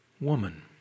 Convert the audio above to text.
Woman